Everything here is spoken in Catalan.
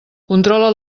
controla